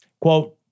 Quote